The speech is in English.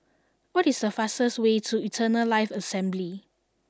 what is the fastest way to Eternal Life Assembly